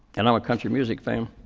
and i'm a country music fan.